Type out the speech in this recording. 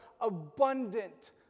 abundant